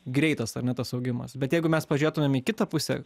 greitas ar ne tas augimas bet jeigu mes pažiūrėtumėm į kitą pusę